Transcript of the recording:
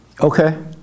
Okay